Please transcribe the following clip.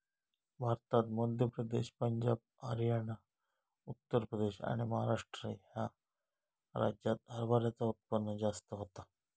भारतात मध्य प्रदेश, पंजाब, हरयाना, उत्तर प्रदेश आणि महाराष्ट्र ह्या राज्यांत हरभऱ्याचा उत्पन्न जास्त होता